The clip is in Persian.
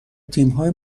تیمهای